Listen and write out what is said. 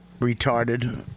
retarded